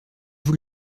vous